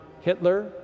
Hitler